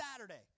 saturday